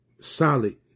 solid